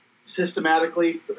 systematically